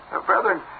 Brethren